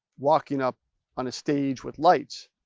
walking up on a stage with lights.